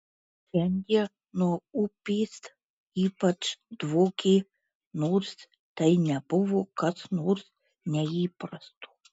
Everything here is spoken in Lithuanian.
šiandien nuo upės ypač dvokė nors tai nebuvo kas nors neįprasto